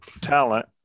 talent